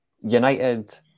United